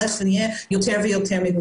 אחוזם הוא יותר מגוון.